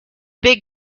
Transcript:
big